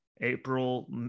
April